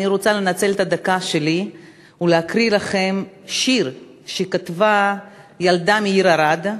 אני רוצה לנצל את הדקה שלי ולהקריא לכם שיר שכתבה ילדה מהעיר ערד,